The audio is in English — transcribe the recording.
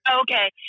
okay